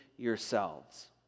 yourselves